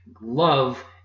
Love